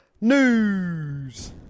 News